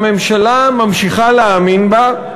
הממשלה ממשיכה להאמין בה,